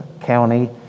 County